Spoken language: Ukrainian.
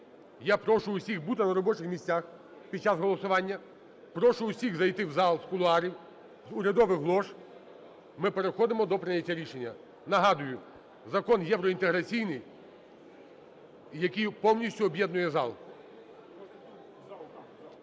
Я прошу усіх бути на робочих місцях під час голосування. Прошу усіх зайти в зал з кулуарів, з урядових лож, ми переходимо до прийняття рішення. Нагадую, закон євроінтеграційний, який повністю об'єднує зал.